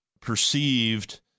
perceived